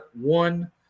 one –